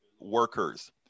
workers